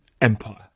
empire